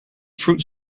fruit